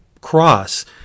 cross